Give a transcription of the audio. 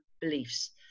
beliefs